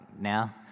now